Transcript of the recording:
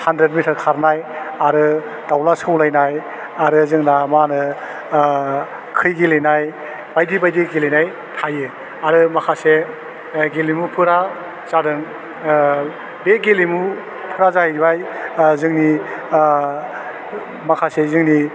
hundred metre खारनाय आरो दावला सौलायनाय आरो जोंना मा होनो खै गेलेनाय बायदि बायदि गेलेनाय थायो आरो माखासे गेलेमुफोरा जादों बे गेलेमुफोरा जाहैबाय जोंनि माखासे जोंनि